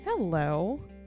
Hello